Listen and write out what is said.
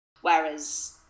whereas